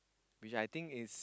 which I think is